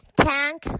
tank